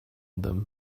them